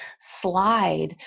slide